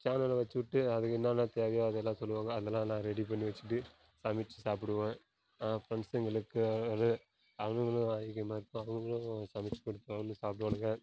சேனலை வச்சுவிட்டு அதுக்கு என்னன்ன தேவையோ அது எல்லாம் சொல்லுவாங்க அதலாம் நான் ரெடி பண்ணி வச்சுக்கிட்டு சமைத்து சாப்பிடுவேன் ஃப்ரெண்ட்ஸுங்களுக்கு அவனுங்களும் அதிகமாக இப்போ அவனுகளும் சமைத்து கொடுப்பானுங்க சாப்பிடுவானுங்க